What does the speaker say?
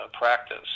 practice